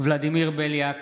ולדימיר בליאק,